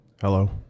hello